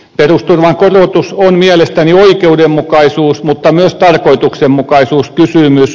perusturvan korotus on mielestäni oikeudenmukaisuus mutta myös tarkoituksenmukaisuuskysymys